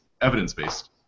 evidence-based